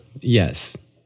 Yes